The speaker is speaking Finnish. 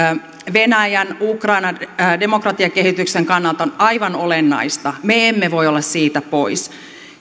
venäjän ukrainan demokratiakehityksen kannalta on aivan olennaista me emme voi olla siitä pois